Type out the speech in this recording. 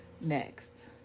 next